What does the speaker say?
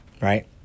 right